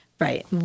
Right